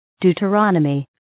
Deuteronomy